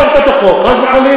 לא לקחת את החוק, חס וחלילה.